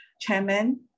chairman